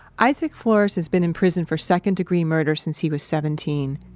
isaac flores has been in prison for second-degree murder since he was seventeen.